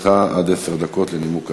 יש לך עד עשר דקות לנימוק ההצעה.